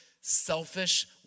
selfish